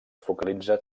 focalitza